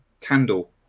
candle